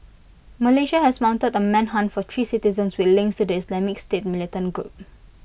Malaysia has mounted A manhunt for three citizens with links to the Islamic state militant group